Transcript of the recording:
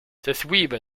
تتويبا